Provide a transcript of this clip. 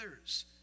others